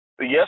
Yes